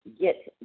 get